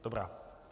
Dobrá.